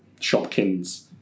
shopkins